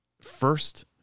first